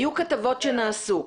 היו כתבות שנעשו,